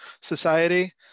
Society